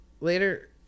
later